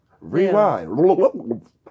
Rewind